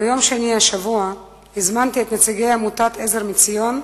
ביום שני השבוע הזמנתי את נציגי עמותת "עזר מציון"